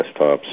desktops